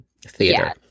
theater